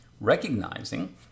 recognizing